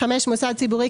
מוסד ציבורי,